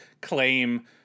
claim